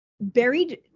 buried